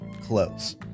close